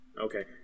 Okay